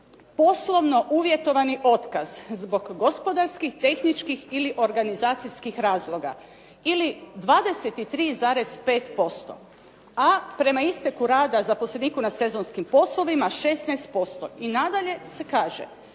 poslovno uvjetovani otkaz zbog gospodarskih, tehničkih ili organizacijskih razloga ili 23,5%, a prema isteku rada zaposleniku na sezonskim poslovima, 16% i nadalje se kaže,